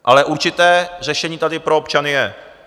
Ale určité řešení tady pro občany je.